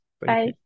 Bye